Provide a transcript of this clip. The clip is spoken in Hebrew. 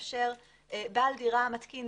בעל דירה מתקין,